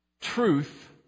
truth